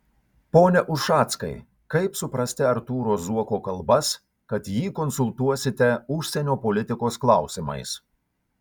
pone ušackai kaip suprasti artūro zuoko kalbas kad jį konsultuosite užsienio politikos klausimais